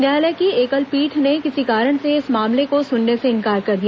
न्यायालय की एकल पीठ ने किसी कारण से इस मामले को सुनने से इंकार कर दिया